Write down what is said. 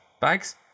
bags